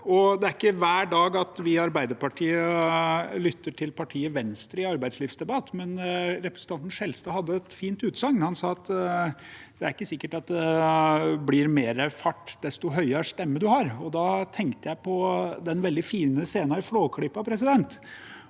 Det er ikke hver dag at vi i Arbeiderpartiet lytter til partiet Venstre i en arbeidslivsdebatt, men representanten Skjelstad hadde et fint utsagn. Han sa at det er ikke sikkert at det blir mer fart jo høyere stemme en har. Da tenkte jeg på den veldig fine scenen i Flåklypa hvor de